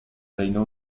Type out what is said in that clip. reino